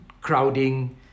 crowding